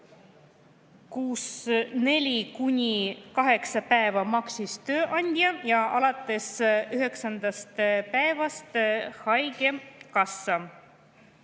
neljandast kuni kaheksanda päevani maksis tööandja ja alates üheksandast päevast haigekassa.